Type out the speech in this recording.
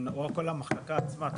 או כל המחלקה עצמה,